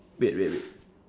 wait wait wait